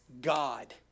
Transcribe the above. God